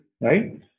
right